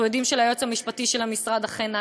אנחנו יודעים שליועץ המשפטי של המשרד אכן נעשתה.